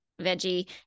veggie